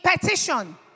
petition